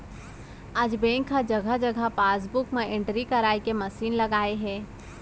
आज बेंक ह जघा जघा पासबूक म एंटरी कराए के मसीन लगाए हे